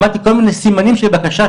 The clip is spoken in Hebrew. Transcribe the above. למדתי כל מיני סימנים של בקשה,